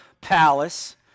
palace